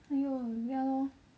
!aiyo! ya lor